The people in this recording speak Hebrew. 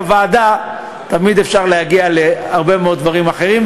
בוועדה תמיד אפשר להגיע להרבה מאוד דברים אחרים,